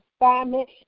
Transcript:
assignment